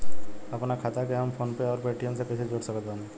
आपनखाता के हम फोनपे आउर पेटीएम से कैसे जोड़ सकत बानी?